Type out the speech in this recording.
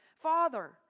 Father